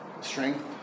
strength